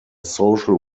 social